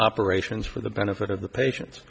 operations for the benefit of the patien